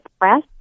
press